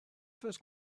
first